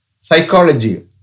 psychology